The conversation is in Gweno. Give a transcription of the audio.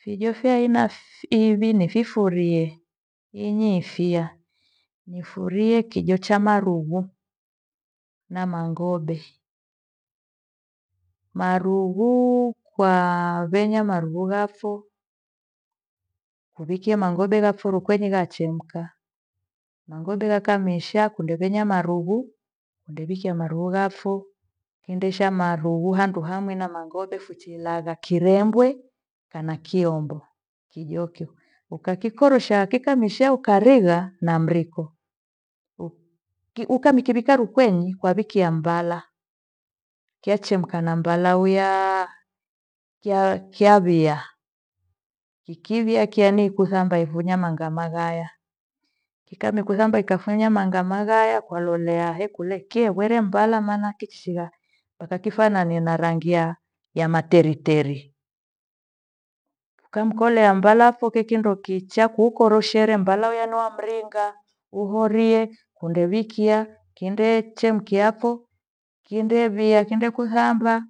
Fijo fyaaina- fi ivi nififurie, inye ifia nifurie kijo cha marughu na maghobe. Marughuu kwa venya marughu ghafo kuvikia mangobe ghafo rukwinyi ghachemka. Maghobe ghaka mesha kundevenya marughu kundevikia marughu ghafo kundesha marughu handu hamwi na mangobe fuchikilagha kirembwe kana kiombo. Kijokoke ukakikorosha kikanusha ukarigha na mriko ukamikivika rukwenyi kwavikia mbala. Kio chemka na mbala huyaaa cha- chawia kikiwia kiani kuthamba ifunya mangama ghaye. Kika mikuthamba ikafunya mghama ghaye kwalolea- he kule kiegwele mbala mana kichishigha mpaka kifanane na rangi ya materiteri. Kwamkolea mbala pho kekindo kicha kuukoreshere mbala uya mringa uhorie, undewikia kindeche mkiapho kindewia kinde kuthamba,